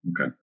okay